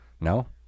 No